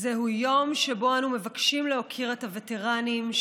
זהו יום שבו אנחנו מבקשים להוקיר את הווטרנים,